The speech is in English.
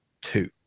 Two